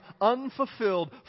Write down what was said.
unfulfilled